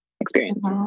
experience